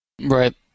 right